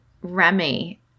Remy